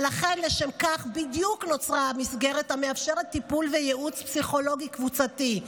ולכן בדיוק לשם כך נוצרה המסגרת המאפשרת טיפול וייעוץ פסיכולוגי קבוצתי,